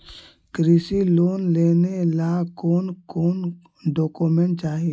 कृषि लोन लेने ला कोन कोन डोकोमेंट चाही?